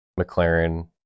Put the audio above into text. McLaren